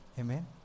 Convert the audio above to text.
Amen